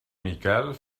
miquel